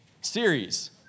series